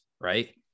right